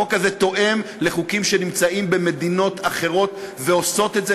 החוק הזה תואם חוקים שקיימים במדינות אחרות שעושות את זה,